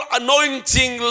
anointing